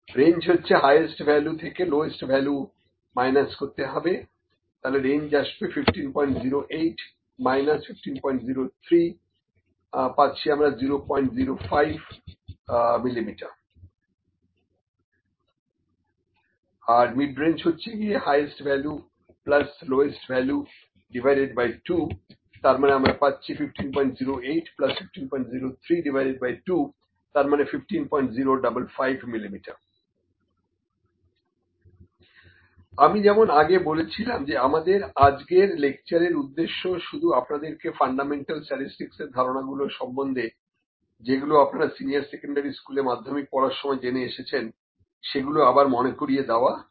range highest value - lowest value range 1508 - 1503 005 mm midrange ¿ উচ্চতম value নিম্নতম value n midrange 1508 1503 2 15055 mm আমি যেমন আগে বলেছিলাম যে আমাদের আজকের লেকচারের উদ্দেশ্য শুধুমাত্র আপনাদেরকে ফান্ডামেন্টাল স্ট্যাটিসটিক্স এর ধারণাগুলো সম্বন্ধে যেগুলো আপনারা সিনিয়র সেকেন্ডারি স্কুল এ মাধ্যমিক পড়ার সময় জেনে এসেছেন আবার মনে করিয়ে দেওয়া নয়